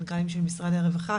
מנכ"לים של משרד הרווחה,